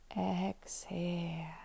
Exhale